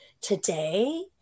Today